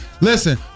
Listen